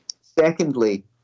Secondly